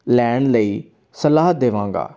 ਲੈਣ ਲਈ ਸਲਾਹ ਦੇਵਾਂਗਾ